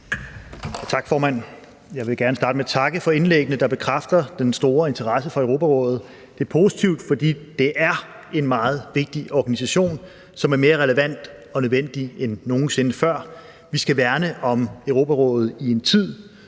Tak, formand. Jeg vil gerne starte med at takke for indlæggene, der bekræfter den store interesse for Europarådet. Det er positivt, for det er en meget vigtig organisation, som er mere relevant og nødvendig end nogen sinde før. Vi skal værne om Europarådet i en tid,